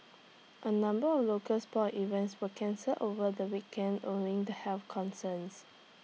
A number of local sports events were cancelled over the weekend owing to health concerns